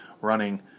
running